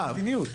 המדיניות.